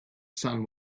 sun